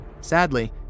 Sadly